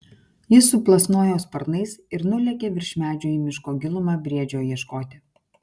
jis suplasnojo sparnais ir nulėkė virš medžių į miško gilumą briedžio ieškoti